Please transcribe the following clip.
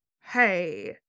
hey